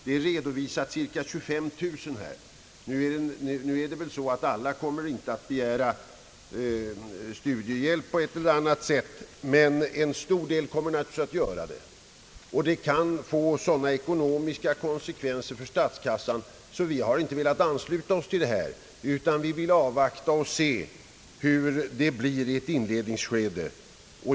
Man redovisar cirka 25 000. Alla kommer väl inte att begära studiehjälp på ett eller annat sätt, men en stor del kommer naturligtvis att göra det. Och det kan få sådana ekonomiska konsekvenser för statskassan, att vi inte kunnat ansluta oss till detta krav, utan vi vill avvakta och se hur det utvecklar sig i inledningsskedet.